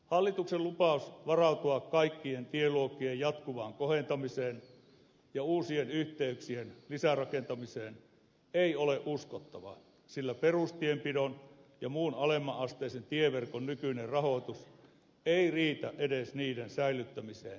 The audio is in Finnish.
hallituksen lupaus varautua kaikkien tieluokkien jatkuvaan kohentamiseen ja uusien yhteyksien lisärakentamiseen ei ole uskottava sillä perustienpidon ja muuan alemmanasteisen tieverkon nykyinen rahoitus ei riitä edes niiden säilyttämiseen nykytasolla